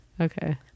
Okay